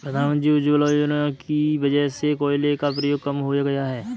प्रधानमंत्री उज्ज्वला योजना की वजह से कोयले का प्रयोग कम हो गया है